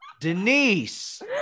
Denise